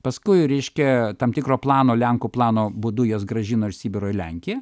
paskui reiškia tam tikro plano lenkų plano būdu juos grąžino iš sibiro į lenkiją